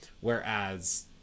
whereas